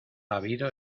habido